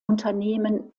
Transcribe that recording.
unternehmen